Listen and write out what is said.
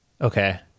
Okay